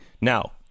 Now